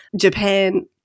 Japan